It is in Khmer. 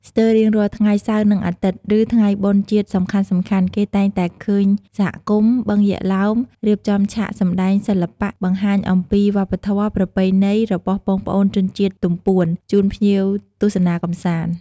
ស្ទើររៀងរាល់ថ្ងៃសៅរ៍និងអាទិត្យ ឬថ្ងៃបុណ្យជាតិសំខាន់ៗគេតែងតែឃើញសហគមន៍ បឹងយក្សឡោម រៀបចំឆាកសម្តែងសិល្បៈបង្ហាញអំពី វប្បធម៌ ប្រពៃណីរបស់បងប្អូនជនជាតិទំពួន ជូនភ្ញៀវទស្សនាកម្សាន្ត។